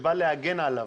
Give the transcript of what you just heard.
שבא להגן עליו